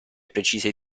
precise